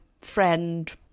friend